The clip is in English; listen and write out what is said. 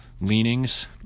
leanings